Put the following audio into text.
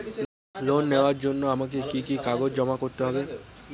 Loan নেওয়ার জন্য আমাকে কি কি কাগজ জমা করতে হবে?